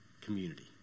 community